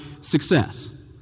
success